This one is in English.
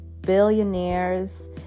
billionaires